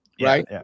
right